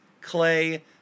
Clay